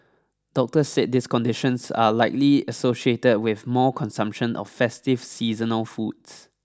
doctors said these conditions are likely associated with more consumption of festive seasonal foods